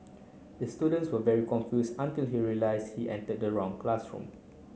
the student was very confused until he realised he entered the wrong classroom